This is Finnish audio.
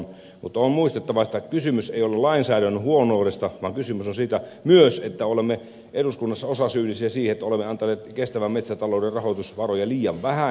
mutta on muistettava että kysymys ei ole lainsäädännön huonoudesta vaan kysymys on myös siitä että olemme eduskunnassa osasyyllisiä siihen että olemme antaneet kestävän metsätalouden rahoitusvaroja liian vähän